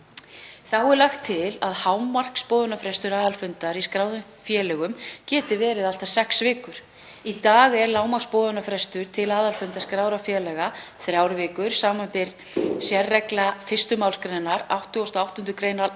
Þá er lagt til að hámarksboðunarfrestur aðalfundar í skráðum félögum geti verið allt að sex vikur. Í dag er lágmarksboðunarfrestur til aðalfundar skráðra félaga þrjár vikur, samanber sérregla 1. mgr. 88. gr. a laga um